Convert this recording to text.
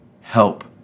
help